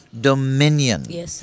dominion